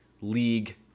League